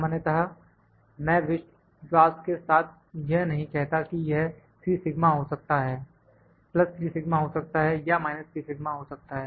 सामान्यतः मैं विश्वास के साथ यह नहीं कहता कि यह 3σ हो सकता है 3σ हो सकता है या 3σ हो सकता है